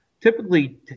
Typically